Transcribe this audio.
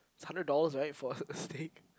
it's a hundred dollars right for a a steak